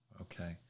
Okay